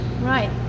right